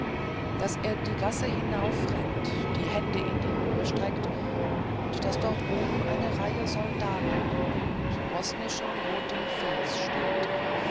daß er die gasse hinaufrennt die hände in die höhe streckt und daß dort oben eine reihe soldaten mit bosnischem rotem fez steht